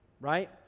right